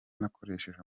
nakoresheje